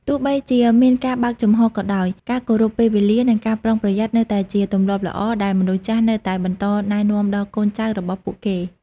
ទោះបីជាមានការបើកចំហក៏ដោយ ការគោរពពេលវេលា និងការប្រុងប្រយ័ត្ននៅតែជាទម្លាប់ល្អដែលមនុស្សចាស់នៅតែបន្តណែនាំដល់កូនចៅរបស់ពួកគេ។